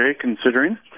considering